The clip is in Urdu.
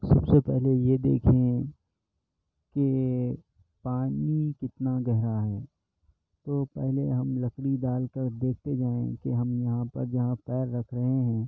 سب سے پہلے یہ دیکھے کہ پانی کتنا گہرا ہے تو پہلے ہم لکڑی ڈال کر دیکھتے جائیں کہ ہم یہاں پر جہاں پیر رکھ رہے ہیں